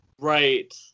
Right